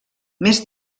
més